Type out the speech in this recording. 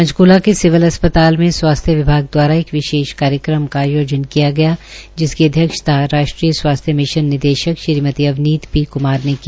पंचकूला के सिविल अस्पताल में स्वास्थ्य विभाग द्वारा एक विशेष कार्यक्रम का आयोजन किया गया जिसकी अध्यक्षता राष्ट्रीय मिशन निदेशक श्रीमती अवनीत पी कुमार ने की